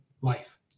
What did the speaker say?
life